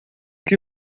que